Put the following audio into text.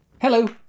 hello